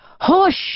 hush